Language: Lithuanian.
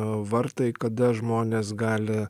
vartai kada žmonės gali